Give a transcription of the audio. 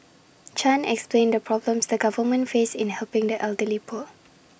chan explained the problems the government face in helping the elderly poor